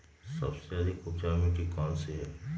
सबसे अधिक उपजाऊ मिट्टी कौन सी हैं?